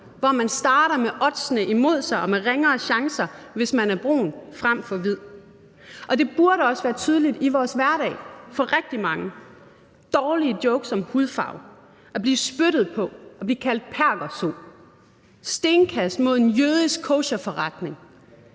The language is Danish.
hvor man starter med oddsene imod sig og har ringere chancer, hvis man er brun frem for hvid. Det burde også være tydeligt i vores hverdag for rigtig mange. Dårlige jokes om hudfarve, at blive spyttet på, at blive kaldt perkerso, stenkast mod en jødisk kosherforretning,